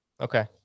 okay